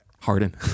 Harden